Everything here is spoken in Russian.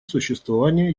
существование